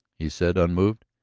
he said, unmoved.